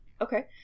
Okay